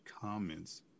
comments